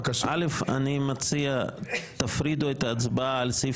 אני מציע שתפרידו את ההצבעה על סעיף